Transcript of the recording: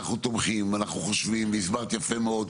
תומכים ואנחנו חושבים והסברת יפה מאוד,